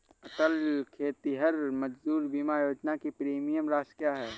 अटल खेतिहर मजदूर बीमा योजना की प्रीमियम राशि क्या है?